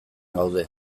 gaude